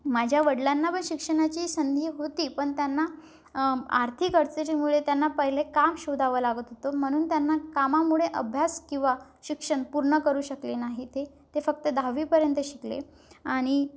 माझ्या वडिलांना पण शिक्षणाची संधी होती पण त्यांना आर्थिक अडचणीमुळे त्यांना पहिले काम शोधावं लागत होतो म्हणून त्यांना कामामुळे अभ्यास किंवा शिक्षण पूर्ण करू शकले नाही ते ते फक्त दहावीपर्यंत शिकले आणि